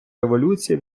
революції